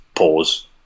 Pause